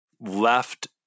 left